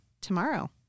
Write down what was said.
tomorrow